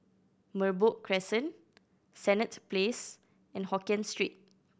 Merbok Crescent Senett Place and Hokkien Street